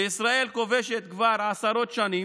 שישראל כובשת כבר עשרות שנים.